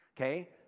okay